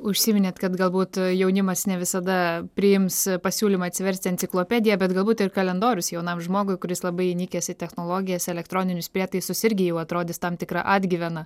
užsiminėt kad galbūt jaunimas ne visada priims pasiūlymą atsiversti enciklopediją bet galbūt ir kalendorius jaunam žmogui kuris labai įnikęs į technologijas elektroninius prietaisus irgi jau atrodys tam tikra atgyvena